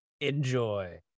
enjoy